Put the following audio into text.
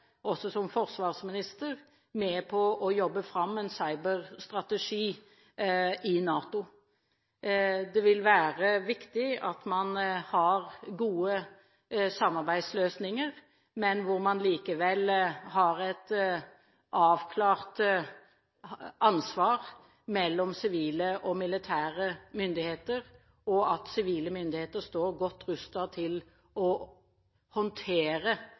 også som forsvarsminister med på å jobbe fram en cyberstrategi i NATO. Det vil være viktig at man har gode samarbeidsløsninger, men at man likevel har et avklart ansvar mellom sivile og militære myndigheter, og at sivile myndigheter står godt rustet til å håndtere